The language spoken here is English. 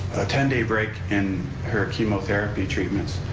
a ten day break in her chemotherapy treatments.